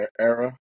era